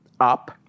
up